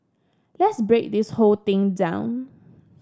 let's break this whole thing down